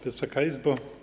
Wysoka Izbo!